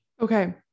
Okay